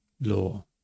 law